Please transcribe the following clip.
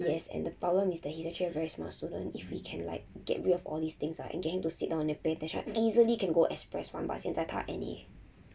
yes and the problem is that he's actually a very smart student if we can like get rid of all these things ah and get him to sit down and pay attention easily can go express [one] but 现在他 any